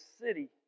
city